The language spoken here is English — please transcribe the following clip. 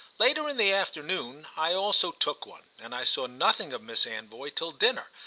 later in the afternoon i also took one, and i saw nothing of miss anvoy till dinner,